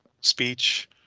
speech